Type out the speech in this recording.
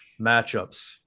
matchups